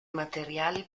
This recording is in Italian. materiali